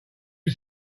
you